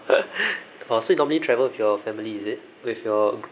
oh so you normally travel with your family is it with your